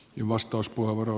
arvoisa puhemies